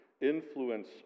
influence